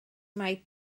mai